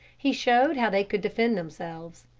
he showed how they could defend themselves.